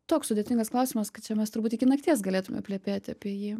toks sudėtingas klausimas kad čia mes turbūt iki nakties galėtume plepėti apie jį